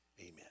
Amen